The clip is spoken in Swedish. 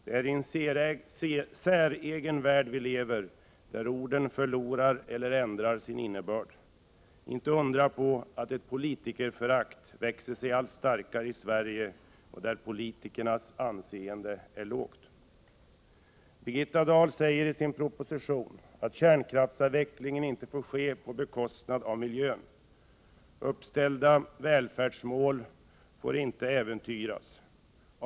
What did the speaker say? Det ärien säregen värld vi lever, där orden förlorar eller ändrar sin innebörd. Inte att undra på att ett politikerförakt växer sig allt starkare i Sverige och att politikernas anseende är lågt. Birgitta Dahl säger i sin proposition, att kärnkraftsavvecklingen inte får ske på bekostnad av miljön. Uppställda välfärdsmål får inte äventyras.